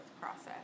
process